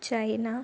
China